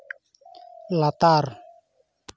ᱞᱟᱛᱟᱨ